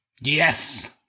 yes